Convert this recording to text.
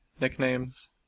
Nicknames